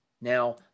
Now